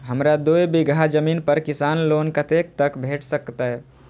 हमरा दूय बीगहा जमीन पर किसान लोन कतेक तक भेट सकतै?